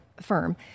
firm